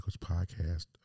podcast